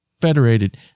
federated